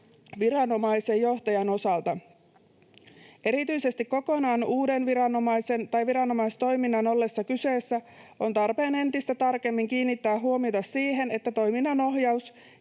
viranomaisen johtajan osalta. Erityisesti kokonaan uuden viranomaisen tai viranomaistoiminnan ollessa kyseessä on tarpeen entistä tarkemmin kiinnittää huomiota siihen, että toiminnanohjaus-